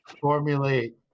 formulate